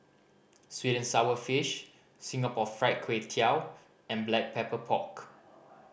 sweet and sour fish Singapore Fried Kway Tiao and Black Pepper Pork